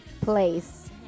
place